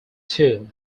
two